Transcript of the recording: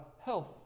health